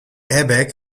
airbag